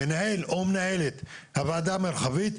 למנהל או מנהלת הוועדה המרחבית,